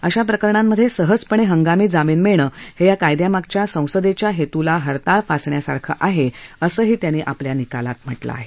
अशा प्रकरणांमध्ये सहजपणे हंगामी जामीन मिळणं हे या कायद्यामागच्या संसदेच्या हेतूला हरताळ फासण्यासारखं आहे असंही त्यांनी आपल्या निकालात म्हटलं आहे